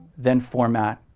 then format,